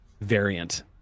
variant